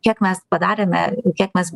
kiek mes padarėme kiek mes